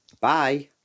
bye